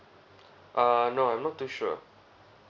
uh no I'm not too sure